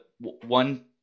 one